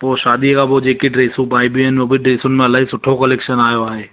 पोइ शादीअ खां पोइ जेके ड्रेसूं पाएबियूं आहिनि हू बि ड्रेसुनि में इलाही सुठो कलेक्शन आयो आहे